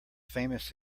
famous